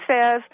says